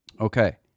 Okay